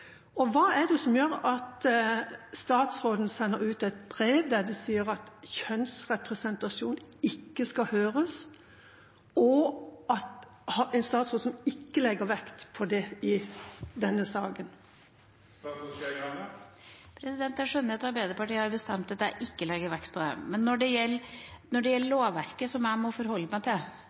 gjør at statsråden sender ut et brev som sier at kjønnsrepresentasjon ikke skal høres, og hva gjør at statsråden ikke legger vekt på det i denne saken? Jeg skjønner at Arbeiderpartiet har bestemt at jeg ikke legger vekt på dette. Men når det gjelder lovverket og vedtak gjort i Det norske storting som jeg må forholde meg til,